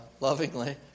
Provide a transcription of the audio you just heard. lovingly